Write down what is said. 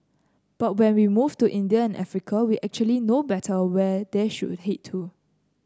but when we move to India and Africa we actually know better where they should head to